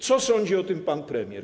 Co sądzi o tym pan premier?